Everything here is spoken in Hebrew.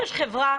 יש חברה,